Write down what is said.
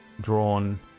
drawn